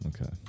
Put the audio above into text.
okay